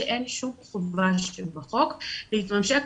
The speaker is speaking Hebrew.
שאין שום חובה בחוק להתממשק,